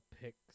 picks